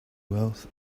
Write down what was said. wealth